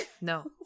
no